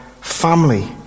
family